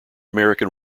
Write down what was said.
american